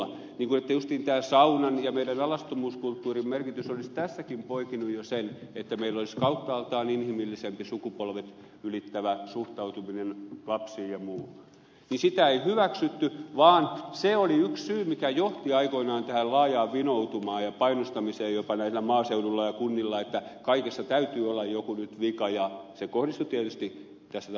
sitä että justiin saunan ja meidän alastomuuskulttuurin merkitys olisi tässäkin poikinut jo sen että meillä olisi kauttaaltaan inhimillisempi sukupolvet ylittävä suhtautuminen lapsiin ja muuhun ei hyväksytty vaan se oli yksi syy mikä johti aikoinaan tähän laajaan vinoutumaan ja painostamiseen jopa maaseudulla ja kunnissa että kaikessa täytyy olla nyt joku vika ja se kohdistui tietysti tässä tapauksessa miehiin